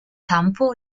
campo